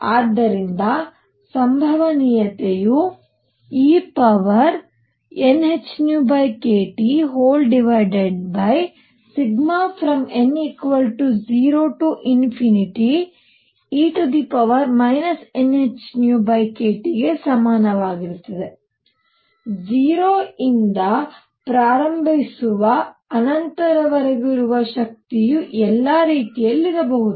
ಆದ್ದರಿಂದ ಸಂಭವನೀಯತೆಯು e nhνkTn0e nhνkT ಸಮಾನವಾಗಿರುತ್ತದೆ 0 ರಿಂದ ಪ್ರಾರಂಭಿಸುವ ಅನಂತತೆಯವರೆಗೆ ಶಕ್ತಿಯು ಎಲ್ಲಾ ರೀತಿಯಲ್ಲಿರಬಹುದು